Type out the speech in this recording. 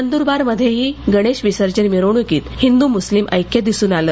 नंदुरबारमध्येही गणेशविसर्जन मिरवणूकीत हिंदूमुस्लिम ऐक्य दिसून आलं